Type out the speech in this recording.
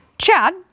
Chad